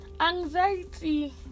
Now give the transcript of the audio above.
Anxiety